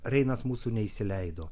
reinas mūsų neįsileido